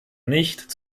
nicht